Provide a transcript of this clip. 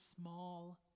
small